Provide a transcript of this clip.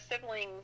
siblings